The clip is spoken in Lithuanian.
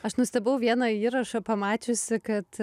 aš nustebau vieną įrašą pamačiusi kad